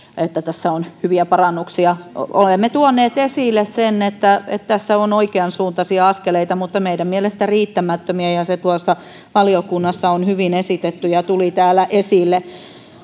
että tässä on hyviä parannuksia olemme tuoneet esille sen että tässä on oikeansuuntaisia askeleita mutta meidän mielestämme riittämättömiä ja se valiokunnassa on hyvin esitetty ja tuli täällä esille